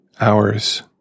hours